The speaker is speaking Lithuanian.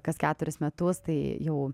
kas keturis metus tai jau